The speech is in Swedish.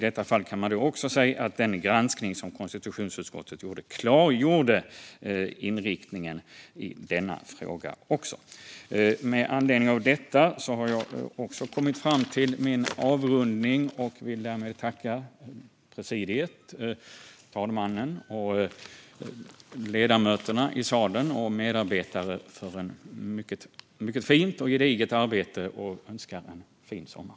Man kan säga att den granskning som konstitutionsutskottet gjorde klargjorde inriktningen också i denna fråga. I och med detta har jag också kommit fram till en avrundning och vill därmed tacka presidiet, talmannen, ledamöterna i salen och medarbetare för ett mycket fint och gediget arbete och önska en fin sommar.